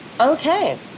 Okay